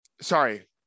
sorry